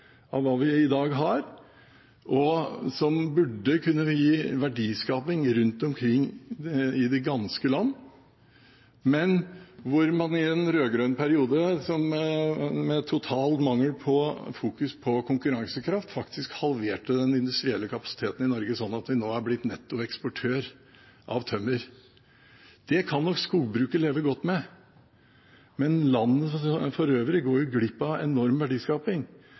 av hva vi i dag har, og som burde kunne gi verdiskaping rundt omkring i det ganske land, men i en rød-grønn periode med totalt manglende fokusering på konkurransekraft halverte man faktisk den industrielle kapasiteten i Norge, slik at vi nå er blitt netto eksportør av tømmer. Det kan nok skogbruket leve godt med, men landet for øvrig går glipp av enorm verdiskaping.